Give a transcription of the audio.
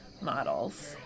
models